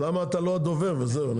אז למה אתה לא הדובר וזהו?